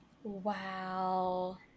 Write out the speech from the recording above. wow